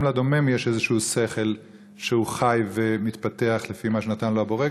גם לדומם יש איזה שכל שהוא חי ומתפתח לפי מה שנתן לו הבורא,